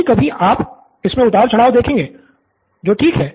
कभी कभी आप इसमे उतार चढ़ाव देखेंगे जो ठीक है